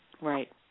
Right